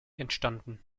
entstanden